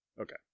Okay